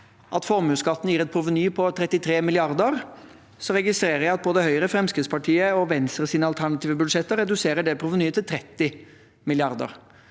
at formuesskatten gir et proveny på 33 mrd. kr, registrerer jeg at både Høyres, Fremskrittspartiets og Venstres alternative budsjetter reduserer det provenyet til 30 mrd.